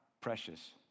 precious